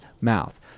mouth